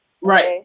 Right